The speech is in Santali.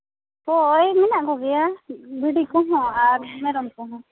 ᱦᱳᱭ ᱢᱮᱱᱟᱜ ᱠᱚᱜᱮᱭᱟ ᱵᱷᱤᱰᱤ ᱠᱚᱦᱚᱸ ᱟᱨ ᱢᱮᱨᱚᱢ ᱠᱚᱦᱚᱸ